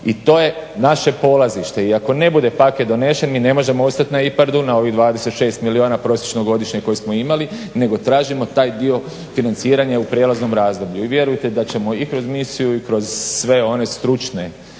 i to je naše polazište. I ako ne bude paket donesen mi ne možemo ostat na IPARD-u, na ovih 26 milijuna prosječno godišnje koje smo imali, nego tražimo taj dio financiranja u prijelaznom razdoblju. I vjerujte da ćemo i kroz misiju i kroz sve one stručne